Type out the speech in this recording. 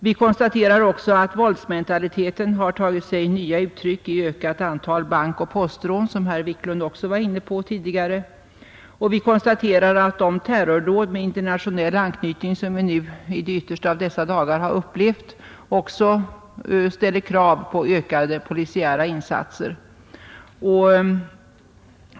Vi konstaterar också att våldsmentaliteten har tagit sig nya uttryck i ökat antal bankoch postrån — något som också herr Wiklund i Stockholm var inne på tidigare — och att de terrordåd med internationell anknytning som vi nu, i de yttersta av dessa dagar, har upplevt också ställer krav på ökade polisiära insatser.